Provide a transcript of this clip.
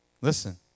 Listen